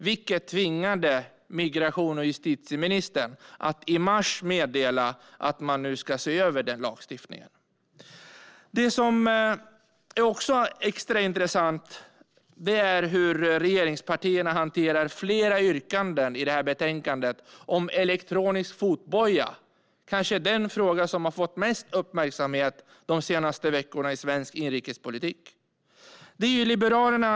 Detta tvingade justitie och migrationsministern att i mars meddela att man nu ska se över den lagstiftningen. Det är extra intressant att titta på hur regeringspartierna hanterar flera yrkanden om elektronisk fotboja i det här betänkandet. Det kanske är den fråga som har fått mest uppmärksamhet i svensk inrikespolitik de senaste veckorna.